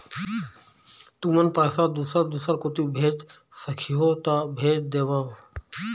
तुमन पैसा दूसर दूसर कोती भेज सखीहो ता भेज देवव?